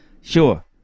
Sure